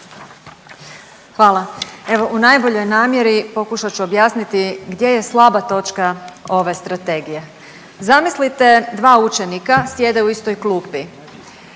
Hvala. Evo u najboljoj namjeri pokušat ću objasniti gdje je slaba točka ove strategije. Zamislite dva učenika, sjede u istoj klupi,